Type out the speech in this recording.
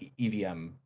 EVM